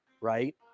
Right